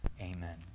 Amen